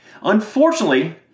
Unfortunately